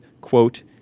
quote